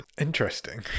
Interesting